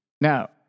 Now